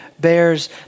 bears